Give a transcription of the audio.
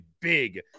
big